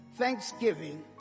Thanksgiving